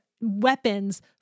weapons